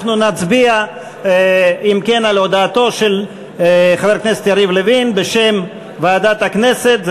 אנחנו נצביע אם כן על הודעתו של חבר הכנסת יריב לוין בשם ועדת הכנסת.